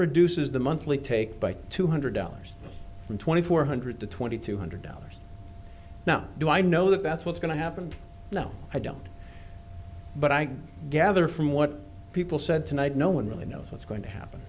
reduces the monthly take by two hundred dollars from twenty four hundred to twenty two hundred dollars now do i know that that's what's going to happen no i don't but i gather from what people said tonight no one really knows what's going to happen